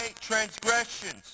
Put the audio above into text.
transgressions